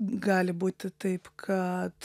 gali būti taip kad